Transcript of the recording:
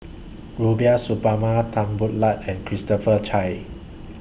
Rubiah Suparman Tan Boo Liat and Christopher Chia